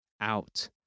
out